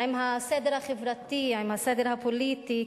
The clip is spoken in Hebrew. עם הסדר החברתי, עם הסדר הפוליטי.